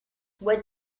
what